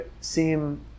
seem